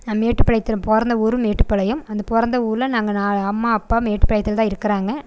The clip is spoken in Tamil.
நான் மேட்டுப்பாளையத்தில் பிறந்த ஊர் மேட்டுப்பாளையம் அந்த பிறந்த ஊரில் நாங்கள் நான் அம்மா அப்பா மேட்டுப்பாளையத்தில் தான் இருக்கிறாங்க